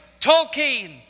Tolkien